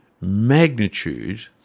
magnitude